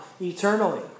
eternally